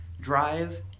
drive